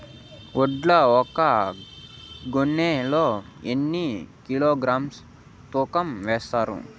వడ్లు ఒక గోనె లో ఎన్ని కిలోగ్రామ్స్ తూకం వేస్తారు?